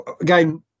again